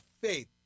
faith